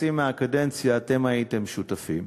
בחצי מהקדנציה אתם הייתם שותפים,